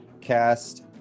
cast